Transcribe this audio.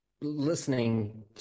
listening